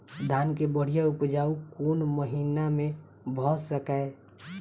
धान केँ बढ़िया उपजाउ कोण महीना मे भऽ सकैय?